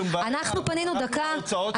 אנחנו ההוצאות שלנו,